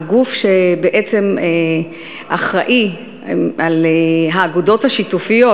הגוף שבעצם אחראי לאגודות השיתופיות,